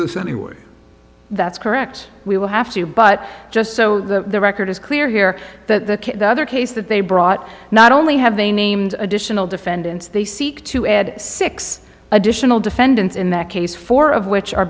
this anyway that's correct we will have to but just so the record is clear here the other case that they brought not only have they named additional defendants they seek to add six additional defendants in that case four of which are